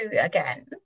again